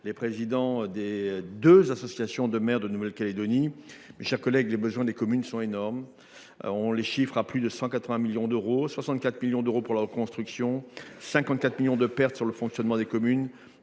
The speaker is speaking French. les présidents des deux associations de maires de Nouvelle Calédonie. Mes chers collègues, les besoins des communes sont énormes. On les chiffre à plus de 180 millions d’euros : 64 millions d’euros pour la reconstruction, 54 millions de pertes sur le fonctionnement des communes,